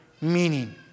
meaning